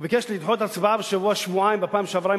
הוא ביקש לדחות את ההצבעה בשבוע-שבועיים בפעם שעברה.